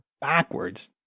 backwards